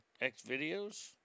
X-Videos